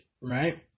right